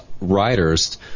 writers